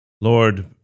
Lord